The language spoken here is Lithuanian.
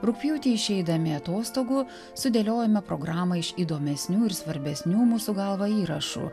rugpjūtį išeidami atostogų sudėliojome programą iš įdomesnių ir svarbesnių mūsų galva įrašų